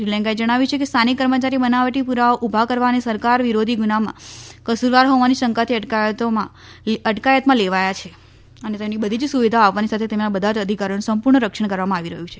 શ્રીલંકાએ જણાવ્યું છે કે સ્થાનિક કર્મચારી બનાવટી પુરાવાઓ ઉભા કરવા અને સરકાર વિરોધી ગુનામાં કસુરવાર હોવાની શંકાથી અટકાયતમાં લેવાયા છે અને તેમને બધી જ સુવિધાઓ આપવાની સાથે તેમના બધા જ અધિકારોનું સંપૂર્ણ રક્ષણ કરવામાં આવી રહ્યું છે